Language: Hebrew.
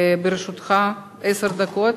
לרשותך עשר דקות.